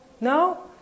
No